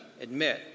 admit